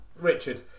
richard